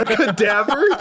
Cadaver